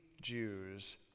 Jews